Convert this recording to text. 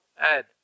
add